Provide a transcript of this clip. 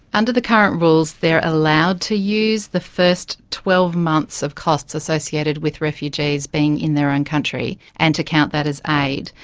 under the current rules they are allowed to use the first twelve months of costs associated with refugees being in their own country and to count that as aid.